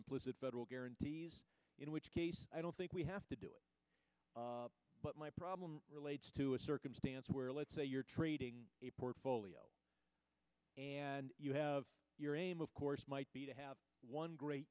implicit federal guarantees in which case i don't think we have to do it but my problem relates to a circumstance where let's say you're trading a portfolio and you have your aim of course might be to have one great